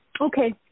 Okay